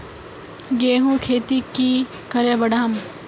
गेंहू खेती की करे बढ़ाम?